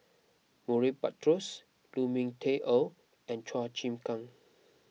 Murray Buttrose Lu Ming Teh Earl and Chua Chim Kang